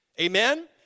amen